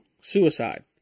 suicide